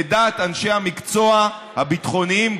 לדעת אנשי המקצוע הביטחוניים,